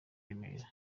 remera